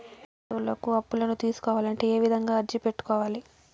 పెద్ద చదువులకు అప్పులను తీసుకోవాలంటే ఏ విధంగా అర్జీ పెట్టుకోవాలి?